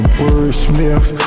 wordsmith